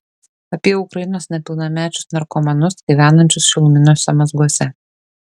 apie ukrainos nepilnamečius narkomanus gyvenančius šiluminiuose mazguose